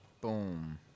Boom